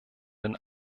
den